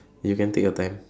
you can take your time